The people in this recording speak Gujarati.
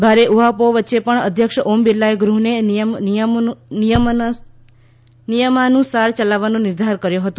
ભારે ઊહાપોહ વચ્ચે પણ અધ્યક્ષ ઓમ બિરલાએ ગૃહને નિયમાનુસાર યલાવવાનો નિર્ધાર કર્યો હતો